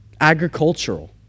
agricultural